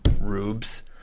rubes